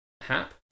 Hap